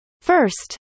First